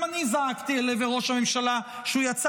גם אני זעקתי אל עבר ראש הממשלה כשהוא יצא